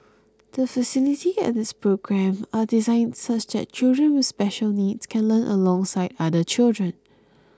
the facility and its program designed such that children with special needs can learn alongside other children